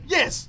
Yes